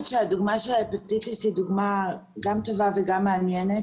שהדוגמה של ההפטיטיס היא דוגמה גם טובה וגם מעניינת.